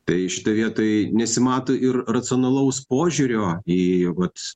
tai šitoj vietoj nesimato ir racionalaus požiūrio į vat